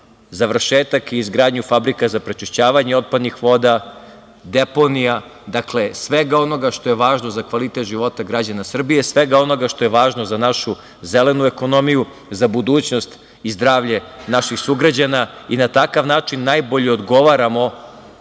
završetak i izgradnju fabrika za prečišćavanje otpadnih voda, deponija. Dakle svega onoga što je važno za kvalitet života građana Srbije, svega onoga što je važno za našu zelenu ekonomiju, za budućnost i zdravlje naših sugrađana, i na takav način najbolje odgovaramo